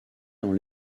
dans